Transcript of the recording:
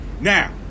Now